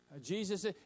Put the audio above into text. Jesus